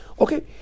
Okay